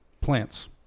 Plants